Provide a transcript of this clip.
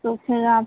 तो फिर आप